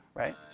right